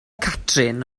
catrin